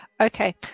Okay